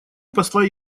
посла